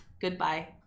Goodbye